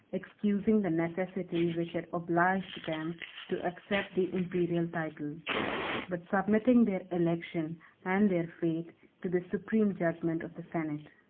excusing the necessity which had obliged them to accept the imperial title but submitting their election and their fate to the supreme judgment of the senate.